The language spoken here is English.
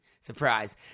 surprise